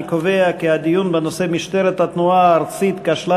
אני קובע כי הנושא משטרת התנועה הארצית כשלה,